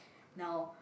now